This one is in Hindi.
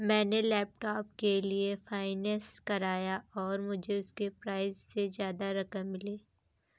मैंने लैपटॉप के लिए फाइनेंस कराया और मुझे उसके प्राइज से ज्यादा रकम मिली